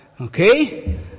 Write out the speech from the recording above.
Okay